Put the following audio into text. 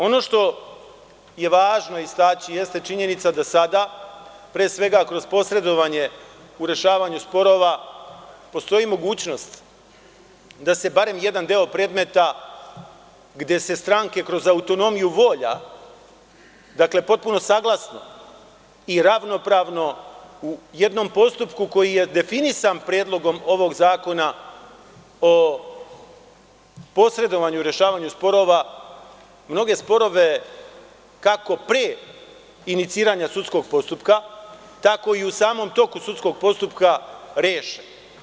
Ono što je važno istaći jeste činjenica da sada kroz posredovanje u rešavanju sporova postoji mogućnost da se barem jedan deo predmeta, gde se stranke kroz autonomiju volja, dakle, potpuno saglasno i ravnopravno u jednom postupku koji je definisan predlogom ovog zakona o posredovanju u rešavanju sporova, mnoge sporove, kako pre iniciranja sudskog postupka, tako i u toku sudskog postupka, reše.